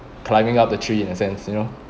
climbing up the tree in a sense you know